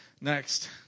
next